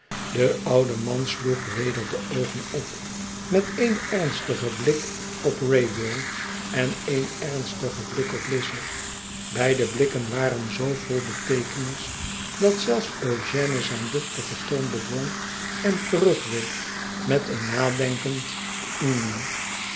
de oude man sloeg weder de oogen op met één emstigen blik op wraybum en één emstigen blik op jaze beide blikken waren zoo vol beteekenis dat zelfs eugèoe zijn tuchtigen toon bedwong en terugweek met een nadenkend hm